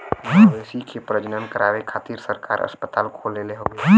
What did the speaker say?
मवेशी के प्रजनन करावे खातिर सरकार अस्पताल खोलले हउवे